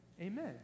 Amen